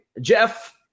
Jeff